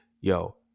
yo